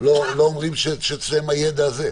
לא אומרים שאצלם הידע הזה.